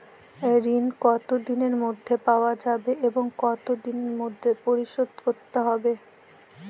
ঋণ কতদিনের মধ্যে পাওয়া যাবে এবং কত দিনের মধ্যে পরিশোধ করতে হবে?